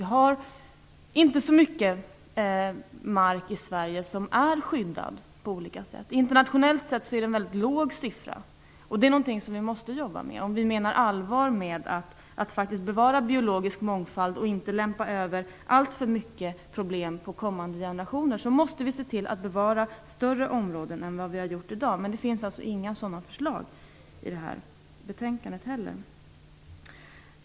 Vi har inte så mycket skyddad mark i Sverige. Internationellt sett är det en låg andel. Detta är någonting vi måste jobba med. Om vi menar allvar med att vi skall bevara den biologiska mångfalden och inte lämpa över alltför mycket problem till kommande generationer måste vi se till att bevara större områden än i dag. Det finns inga sådana förslag i detta betänkande.